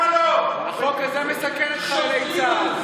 בחקיקה,